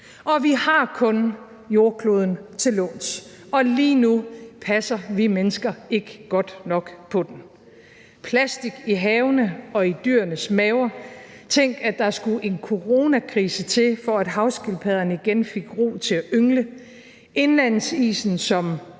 Vi har kun jordkloden til låns, og lige nu passer vi mennesker ikke godt nok på den. Plastik i havene og i dyrenes maver, tænk, at der skulle en coronakrise til, for at havskildpadderne igen fik ro til at yngle, indlandsisen, som